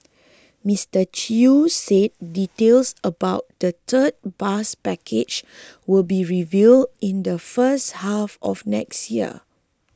Mister Chew said details about the third bus package will be revealed in the first half of next year